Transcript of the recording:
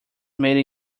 made